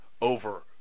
over